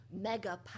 mega